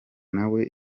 nawe